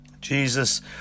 Jesus